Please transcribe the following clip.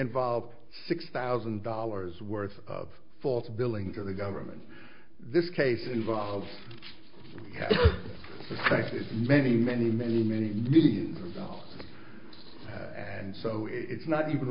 involve six thousand dollars worth of false billing to the government this case involves a practice many many many many millions of dollars and so it's not even